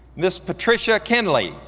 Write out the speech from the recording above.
ms. patricia kenly,